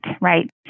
right